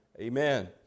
Amen